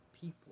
people